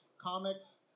Comics